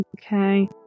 okay